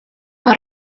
mae